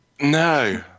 No